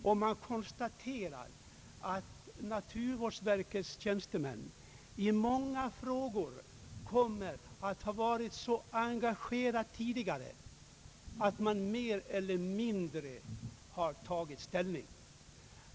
Man måste väl konstatera att naturvårdsverkets tjänstemän i många frågor kommer att ha varit så engagerade tidigare att de redan mer eller mindre har tagit ställning.